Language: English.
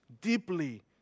deeply